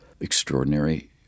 extraordinary